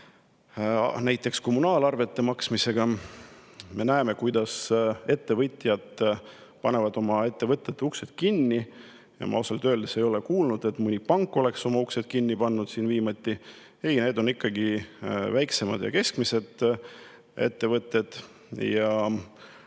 näiteks kommunaalarvete maksmisega, me näeme, kuidas ettevõtjad panevad oma ettevõtete uksed kinni. Ma ausalt öeldes ei ole kuulnud, et mõni pank oleks siin uksed kinni pannud viimasel ajal. Ei, need on ikkagi väiksemad ja keskmised ettevõtted.